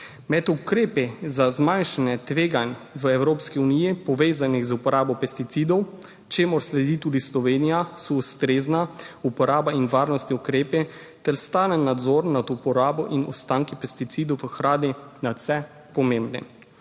Med ukrepi za zmanjšanje tveganj v Evropski uniji, povezanih z uporabo pesticidov, čemur sledi tudi Slovenija, so ustrezna uporaba in varnostni ukrepi ter stalen nadzor nad uporabo in ostanki pesticidov v hrani nadvse pomembni.